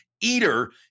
Eater